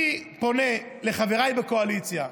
אני פונה לחבריי בקואליציה,